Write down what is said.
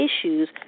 issues